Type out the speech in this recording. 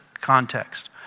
context